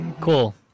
Cool